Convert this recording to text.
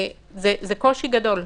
זה קושי גדול,